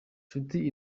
nshuti